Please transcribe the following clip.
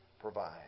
provide